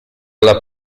alla